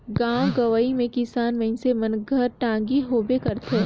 गाँव गंवई मे किसान मइनसे मन घर टागी होबे करथे